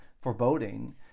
foreboding